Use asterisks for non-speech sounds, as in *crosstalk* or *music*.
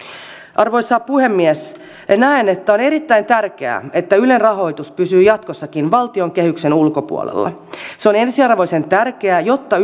arvoisa puhemies näen että on erittäin tärkeää että ylen rahoitus pysyy jatkossakin valtion kehyksen ulkopuolella se on ensiarvoisen tärkeää jotta *unintelligible*